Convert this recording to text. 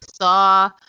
saw